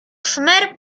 szmer